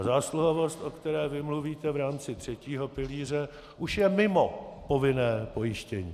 Zásluhovost, o které vy mluvíte v rámci třetího pilíře, už je mimo povinné pojištění.